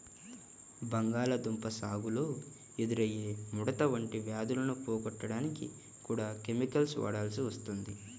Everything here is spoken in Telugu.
బంగాళాదుంప సాగులో ఎదురయ్యే ముడత వంటి వ్యాధులను పోగొట్టడానికి కూడా కెమికల్స్ వాడాల్సి వస్తుంది